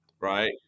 right